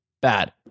bad